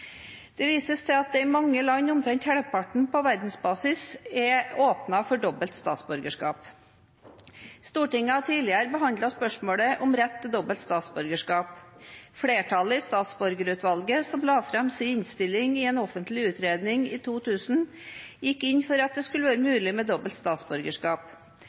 Det vises til at det i mange land – omtrent halvparten på verdensbasis – er åpnet for dobbelt statsborgerskap. Stortinget har tidligere behandlet spørsmålet om rett til dobbelt statsborgerskap. Flertallet i statsborgerutvalget, som la fram sin innstilling i en offentlig utredning i 2000, gikk inn for at det skulle være mulig med dobbelt statsborgerskap.